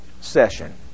session